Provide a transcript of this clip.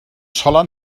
sola